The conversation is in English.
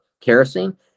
kerosene